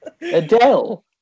Adele